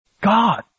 God